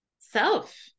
self